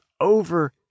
over